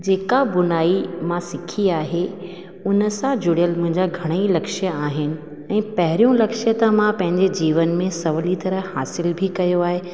जेका बुनाई मां सिखी आहे उन सां जुड़ियल मुंहिंजा घणा ई लक्ष्य आहिनि ऐं पहिरियों लक्ष्य त मां पंहिंजे जीवन में सवली तरह हासिल बि कयो आहे